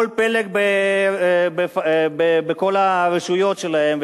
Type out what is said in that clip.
כל פלג בכל הרשויות שלהם,